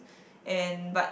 and but